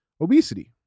obesity